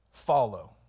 follow